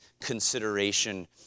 consideration